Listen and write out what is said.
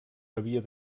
havia